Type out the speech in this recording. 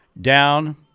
down